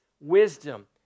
wisdom